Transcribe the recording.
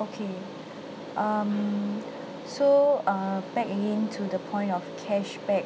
okay um so uh back again to the point of cashback